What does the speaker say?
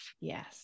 Yes